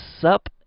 sup